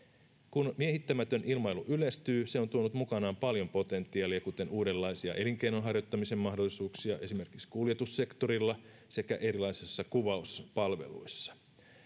kun miehittämätön ilmailu yleistyy se on tuonut mukanaan paljon potentiaalia kuten uudenlaisia elinkeinon harjoittamisen mahdollisuuksia esimerkiksi kuljetussektorilla sekä erilaisissa kuvauspalveluissa